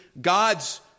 God's